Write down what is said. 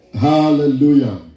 Hallelujah